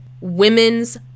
Women's